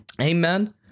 Amen